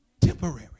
Temporary